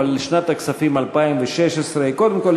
לשנת הכספים 2016. קודם כול,